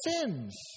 sins